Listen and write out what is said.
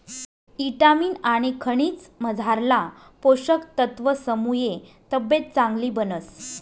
ईटामिन आनी खनिजमझारला पोषक तत्वसमुये तब्येत चांगली बनस